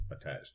attached